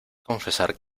confesar